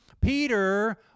Peter